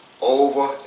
over